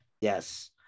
Yes